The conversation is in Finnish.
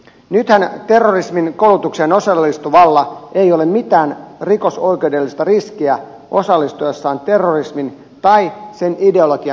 nythän terrorismin koulutukseen osallistuvalla ei ole mitään rikosoikeudellista riskiä osallistuessaan terrorismin tai sen ideologian koulutukseen